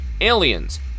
Aliens